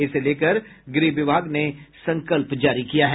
इसे लेकर गृह विभाग ने संकल्प जारी किया है